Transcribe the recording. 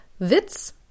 Witz